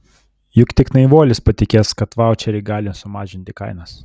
juk tik naivuolis patikės kad vaučeriai gali sumažinti kainas